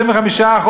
25%,